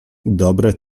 dobre